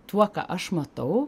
tuo ką aš matau